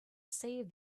save